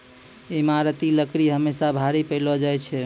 ईमारती लकड़ी हमेसा भारी पैलो जा छै